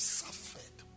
suffered